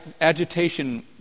agitation